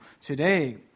today